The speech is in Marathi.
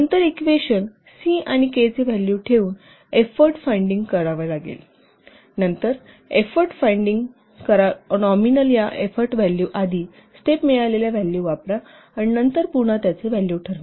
नंतर इक्वेशन 'c' आणि 'k' चे व्हॅल्यू ठेवून एफोर्ट काढा नंतर या एफोर्ट व्हॅल्यू आधीच्या स्टेप मिळालेले नॉमिनल व्हॅल्यू वापरा आणि नंतर पुन्हा त्याचे व्हॅल्यू ठेवा